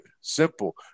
Simple